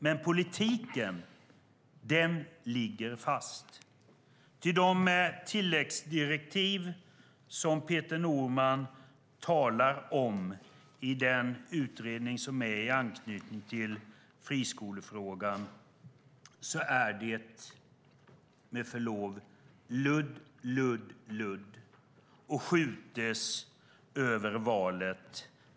Men politiken, den ligger fast, ty de tilläggsdirektiv som Peter Norman talar om, som getts till den utredning som finns i anknytning till friskolefrågan, är med förlov sagt ludd, ludd, ludd. Och redovisningen skjuts upp till efter valet.